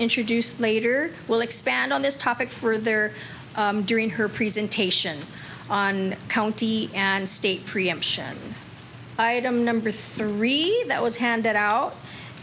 introduced later will expand on this topic further during her presentation on county and state preemption item number three that was handed out